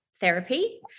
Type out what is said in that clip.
therapy